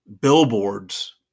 billboards